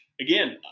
again